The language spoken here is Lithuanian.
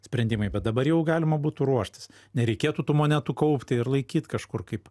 sprendimai bet dabar jau galima būtų ruoštis nereikėtų tų monetų kaupti ir laikyt kažkur kaip